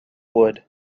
wood